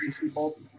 people